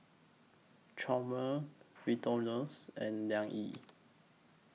Chomel Victorinox and Liang Yi